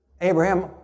Abraham